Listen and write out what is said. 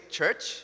church